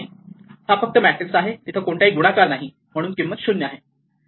हा फक्त मॅट्रिक्स आहे तिथे कोणताही गुणाकार नाही म्हणून किंमत 0 आहे